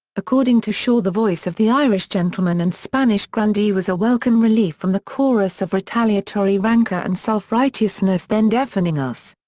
according to shaw the voice of the irish gentleman and spanish grandee was a welcome relief from the chorus of retaliatory rancor and self-righteousness then deafening us.